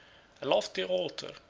a lofty altar,